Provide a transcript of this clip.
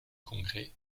congrès